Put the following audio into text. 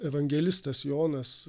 evangelistas jonas